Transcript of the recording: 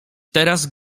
teraz